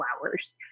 flowers